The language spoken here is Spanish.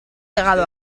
llegado